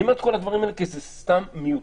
אני אומר את כל הדברים האלה, כי זה סתם מיותר.